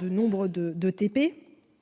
de nombre de